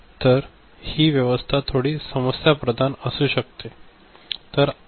तर हि व्यवस्था थोडी समस्याप्रधान असू शकते